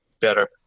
better